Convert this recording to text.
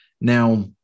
Now